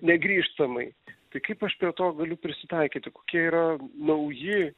negrįžtamai tai kaip aš prie to galiu prisitaikyti kokie yra nauji